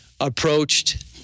approached—